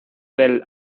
del